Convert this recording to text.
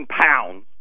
pounds